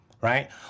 Right